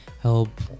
help